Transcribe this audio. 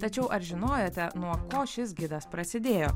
tačiau ar žinojote nuo ko šis gidas prasidėjo